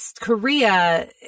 Korea